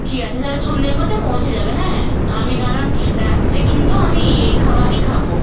ঠিক আছে তাহলে সন্ধের মধ্যে পৌঁছে যাবে হ্যাঁ আমি কারণ রাত্রে কিন্তু আমি এই খাবারই খাব